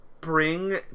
bring